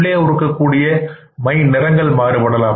உள்ளே இருக்கக்கூடிய மை நிறங்கள் மாறுபடலாம்